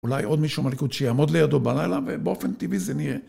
אולי עוד מישהו מהליכוד שיעמוד לידו בלילה ובאופן טבעי זה נהיה.